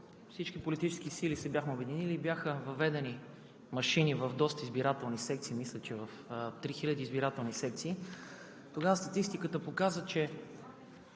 всички политически сили се бяхме обединили, бяха въведени машини в доста избирателни секции, мисля, че в 3000 избирателни секции. Тогава статистиката показа, че